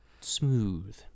Smooth